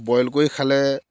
boil কৰি খালে